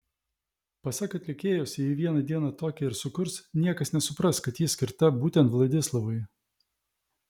pasak atlikėjos jei vieną dieną tokią ir sukurs niekas nesupras kad ji skirta būtent vladislavui